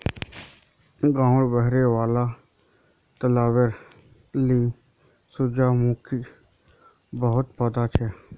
गांउर बहिरी वाले तलबेर ली सूरजमुखीर बहुत पौधा छ